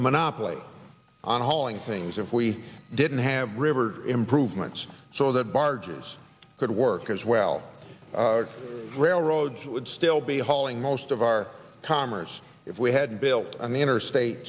monopoly on hauling things if we didn't have river improvements so that barges could work as well railroads would still be hauling most of our commerce if we had built on the interstate